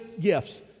gifts